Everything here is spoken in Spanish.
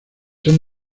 han